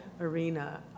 arena